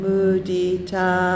Mudita